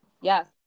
Yes